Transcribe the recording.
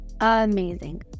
amazing